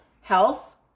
health